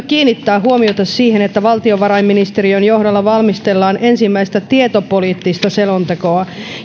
kiinnittää huomiota siihen että valtiovarainministeriön johdolla valmistellaan ensimmäistä tietopoliittista selontekoa